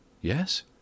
Yes